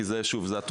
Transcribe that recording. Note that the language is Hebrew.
כי זו התוכנית.